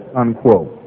unquote